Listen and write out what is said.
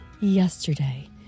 yesterday